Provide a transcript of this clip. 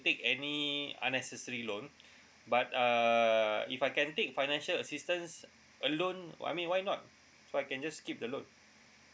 take any unnecessary loan but uh if I can take financial assistance a loan I mean why not so I can just keep the loan